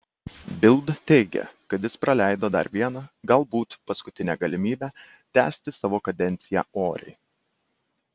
bild teigė kad jis praleido dar vieną galbūt paskutinę galimybę tęsti savo kadenciją oriai